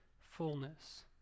fullness